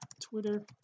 twitter